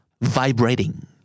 vibrating